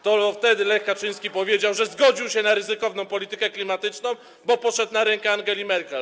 To wtedy Lech Kaczyński powiedział, że zgodził się na ryzykowną politykę klimatyczną, bo poszedł na rękę Angeli Merkel.